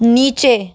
नीचे